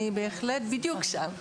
אני בדיוק שם.